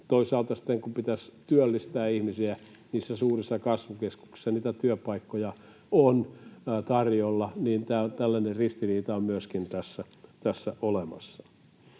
Toisaalta sitten kun pitäisi työllistää ihmisiä — niissä suurissa kasvukeskuksissa niitä työpaikkoja on tarjolla — niin tällainen ristiriita on myöskin tässä olemassa.